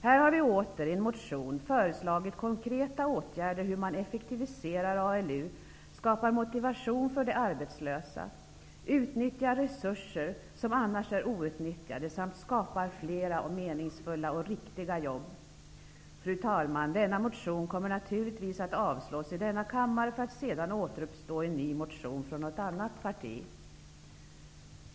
Här har vi åter i en motion föreslagit konkreta åtgärder för att effektivisera ALU-verksamheten, skapa motivation för de arbetslösa, utnyttja resurser som annars är outnyttjade samt skapa flera meningsfulla och riktiga jobb. Fru talman! Denna motion kommer naturligtvis att avslås i denna kammare, för att sedan återuppstå i en ny motion från något annat parti.